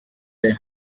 day